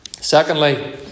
Secondly